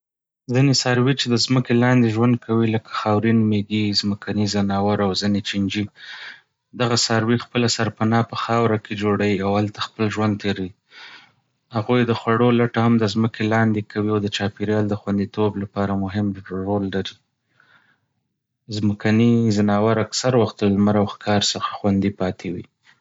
ځینې څاروي چې د ځمکې لاندې ژوند کوي، لکه خاورين مېږې، ځمکني ځناور او ځینې چينجي. دغه څاروي خپله سرپناه په خاوره کې جوړوي او هلته خپل ژوند تېروي. هغوی د خوړو لټه هم د ځمکې لاندې کوي او د چاپېریال د خوندیتوب لپاره مهم رول لري. ځمکني ځناور اکثر وخت له لمر او ښکار څخه خوندي پاتې وي.